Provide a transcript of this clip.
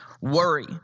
worry